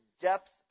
depth